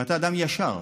ואתה אדם ישר,